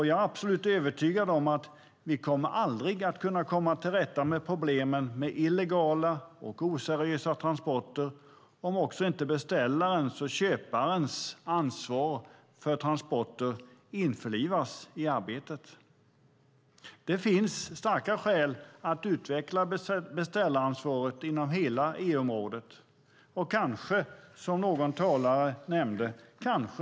Jag är absolut övertygad om att vi aldrig kommer att kunna komma till rätta med problemen med illegala och oseriösa transporter om inte också beställarens och köparens ansvar för transporter införlivas i arbetet. Det finns starka skäl att utveckla beställaransvaret inom hela EU-området - kanske, som någon talare nämnde, efter finsk förebild.